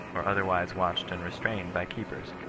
or otherwise watched and restrained by keepers,